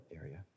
area